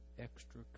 extra